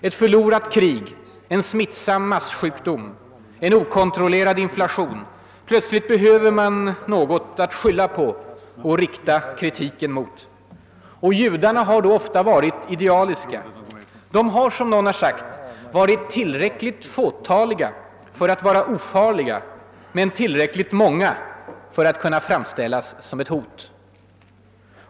Ett förlorat krig, en smittsam massjukdom, en okontrollerad inflation — plötsligt behöver man något att skylla på och att rikta kritiken mot. Judarna har då ofta varit idealiska. De har, som någon sagt, varit tillräckligt fåtaliga för att vara ofarliga och tillräckligt många för att kunna framställas som ett hot.